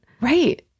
Right